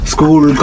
School